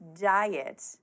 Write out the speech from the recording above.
diet